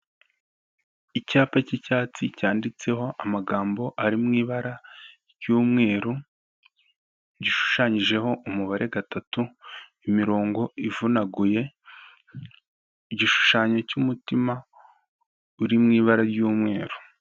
Icyapa cy'icyatsi cyanditseho amagambo ari mu ibara ry'umweru, gishushanyijeho umubare gatatu, imirongo ivunaguye, igishushanyo cy'umutima uri mu ibara ry'umweru.